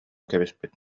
кэбиспит